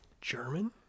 German